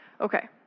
Okay